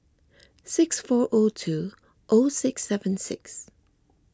six four O two O six seven six